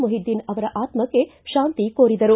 ಮೊಹಿದ್ದೀನ್ ಅವರ ಆತ್ತಕ್ಷ ಶಾಂತಿ ಕೋರಿದರು